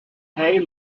hay